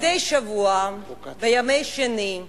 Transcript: מדי שבוע בימי שני,